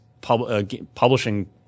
publishing